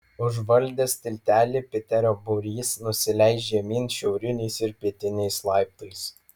užvaldęs tiltelį piterio būrys nusileis žemyn šiauriniais ir pietiniais laiptais